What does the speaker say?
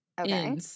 Okay